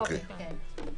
אה, השרים,